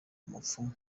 umupfumu